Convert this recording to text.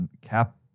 Cap